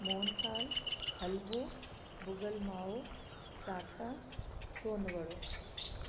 मोहनथाल हलवो भुॻल माओ साटा सोनवड़ो